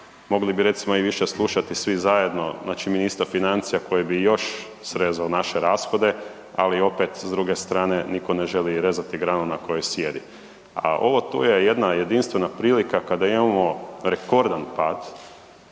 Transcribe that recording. Mogli bi recimo više slušati svi zajedno ministra financija koji bi još srezao naše rashode, ali opet s druge strane nitko ne želi rezati granu na kojoj sjedi. A ovo tu je jedna jedinstvena prilika kada imamo rekordan pad